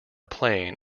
plane